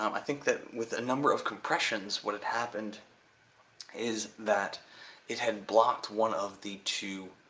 um i think that with a number of compressions what had happened is that it had blocked one of the two